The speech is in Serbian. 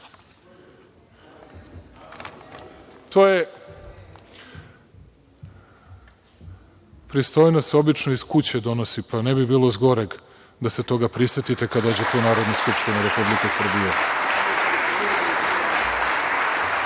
dobacuju.)Pristojnost se obično iz kuće donosi, pa ne bi bilo zgoreg da se toga prisetite kada dođete u Narodnu skupštinu Republike Srbije. Pri